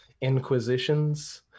inquisitions